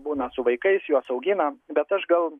būna su vaikais juos augina bet aš gal